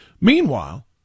Meanwhile